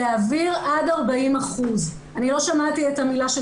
להעביר עד 40%. לא שמעתי את המילה של